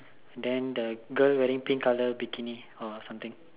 then the girl wearing pink colour bikini or something